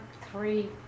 three